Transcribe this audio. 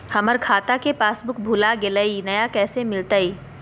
हमर खाता के पासबुक भुला गेलई, नया कैसे मिलतई?